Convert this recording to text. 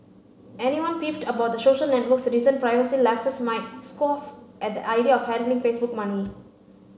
anyone peeved about the social network's recent privacy lapses might scoff at the idea of handing Facebook money